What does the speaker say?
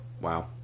wow